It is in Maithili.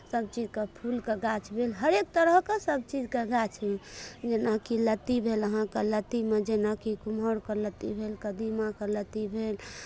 सभचीजके फूलके गाछ भेल हरेक तरहके सभचीजके गाछ भेल जेनाकि लत्ती भेल अहाँकेँ लत्तीमे जेनाकि कुम्हरके लत्ती भेल कदीमाके लत्ती भेल